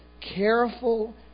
careful